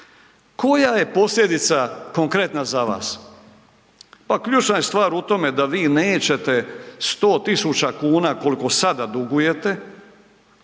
Koja je posljedica, konkretna za vas? Pa ključna je stvar u tome da vi nećete 100 tisuća kuna, koliko sada dugujete,